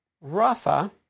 rafa